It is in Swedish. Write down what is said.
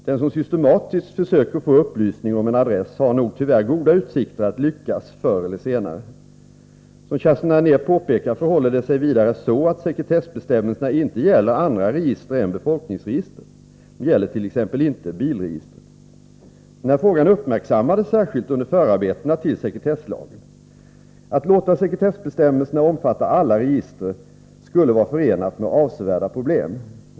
Den som systematiskt försöker få upplysning om en adress har nog tyvärr goda utsikter att lyckas förr eller senare. Som Kerstin Anér påpekar förhåller det sig vidare så att sekretessbestämmelserna inte gäller andra register än befolkningsregister, t.ex. bilregistret. Denna fråga uppmärksammades särskilt under förarbetena till sekretesslagen. Att låta sekretessbestämmelsen omfatta alla register skulle vara förenat med avsevärda problem.